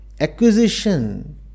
Acquisition